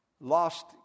Lost